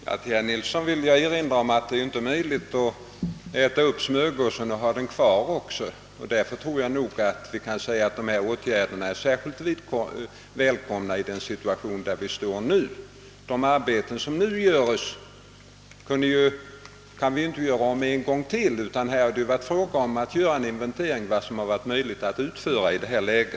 Herr talman! Jag vill erinra herr Nilsson i Tvärålund om att det inte är möjligt att både äta upp smörgåsen och ha den kvar. Därför tror jag vi kan säga att dessa åtgärder är särskilt välkomna i nuvarande situation. De arbeten som utföres nu kan inte göras om en gång till. Domänverket har fått göra en inventering av vad som varit möjligt att utföra i nuvarande läge.